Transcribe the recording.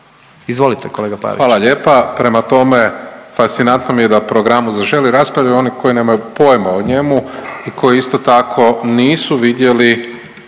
**Pavić, Marko (HDZ)** Hvala lijepa. Prema tome, fascinantno mi je da programu Zaželi raspravljaju oni koji nemaju pojma o njemu i koji isto tako nisu vidjeli